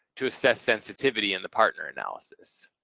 to assess sensitivity in the partner analysis.